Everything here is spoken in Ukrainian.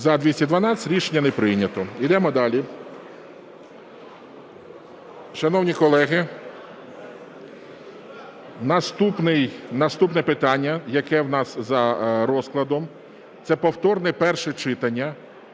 За-212 Рішення не прийнято. Ідемо далі, шановні колеги. Наступне питання, яке в нас за розкладом, – це повторне перше читання